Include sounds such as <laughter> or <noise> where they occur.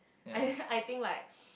I <breath> I think